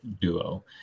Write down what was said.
duo